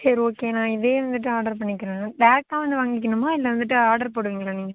சரி ஓகே நான் இதையே வந்துவிட்டு ஆர்ட்ரு பண்ணிக்கிறேன் டேரெக்ட்டாக வந்து வாங்கனுமா இல்லை வந்து ஆர்ட்ரு போடுவிங்களா நீங்கள்